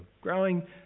growing